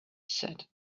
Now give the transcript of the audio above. said